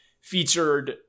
featured